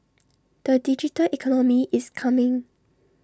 the digital economy is coming